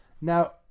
Now